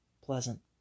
pleasant